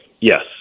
Yes